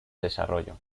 desarrollo